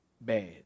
bad